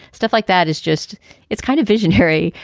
stuff like that is just it's kind of visionary.